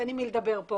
אין עם מי לדבר פה,